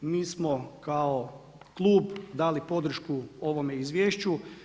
Mi smo kao klub dali podršku ovome izvješću.